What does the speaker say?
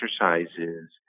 exercises